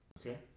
Okay